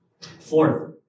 Fourth